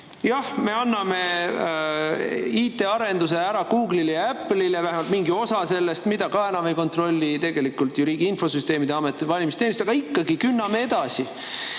Jah, me anname IT‑arenduse ära Google'ile ja Apple'ile, vähemalt mingi osa sellest, mida ka enam ei kontrolli tegelikult ju Riigi Infosüsteemi Amet või valimisteenistus, aga ikkagi künname edasi.